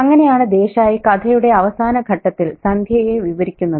അങ്ങനെയാണ് ദേശായി കഥയുടെ അവസാനഘട്ടത്തിൽ സന്ധ്യയെ വിവരിക്കുന്നത്